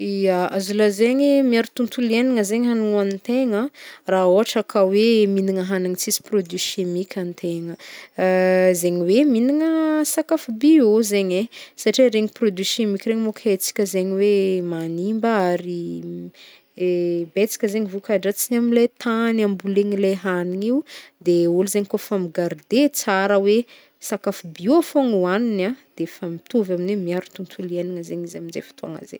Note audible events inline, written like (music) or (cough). Ya, azo lazaigna miaro tontolo iaignana zegny hagniny hoagnintegna ra ôhatra ka hoe mignagna sakafo tsy misy produit chimique antegna, (hesitation) zegny hoe mignagna sakafo bio zegny e, satria regny produit chimique regny zegny manko haintsika zegny hoe magnimba ary (hesitation) betsaka zegny vokadratsiny amle tany hambolegna le hagniny io de ôlo zegny kaofa migarder tsara hoe sakafo bio fogna no hoagniny a de fa mitovy amin'ny hoe miaro tontolo iaignana zegny izy amzay fotoagna zay.